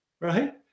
right